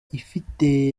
ifite